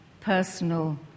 personal